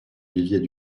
viviers